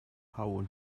how